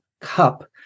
cup